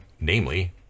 namely